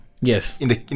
Yes